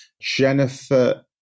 Jennifer